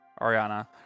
Ariana